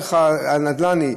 הערך הנדל"ני,